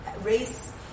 race